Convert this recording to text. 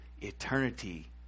eternity